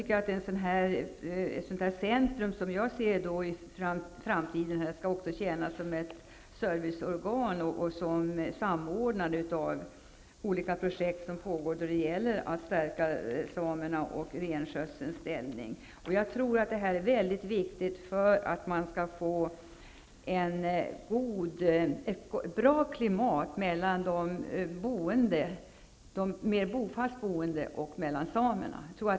Ett renforskningscentrum skall i framtiden, som jag ser det, tjäna som ett serviceorgan som samordnar olika projekt som pågår för att stärka samernas och renskötselns ställning. Detta är mycket viktigt för att man skall kunna få ett bra klimat mellan de mer bofasta och samerna.